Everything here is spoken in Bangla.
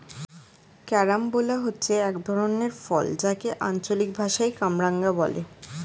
ক্যারামবোলা হচ্ছে এক ধরনের ফল যাকে আঞ্চলিক ভাষায় কামরাঙা বলে